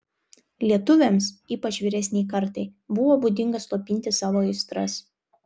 lietuviams ypač vyresnei kartai buvo būdinga slopinti savo aistras